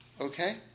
Okay